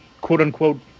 quote-unquote